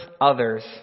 others